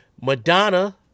Madonna